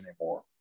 anymore